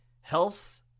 Health